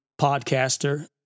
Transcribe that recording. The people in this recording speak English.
podcaster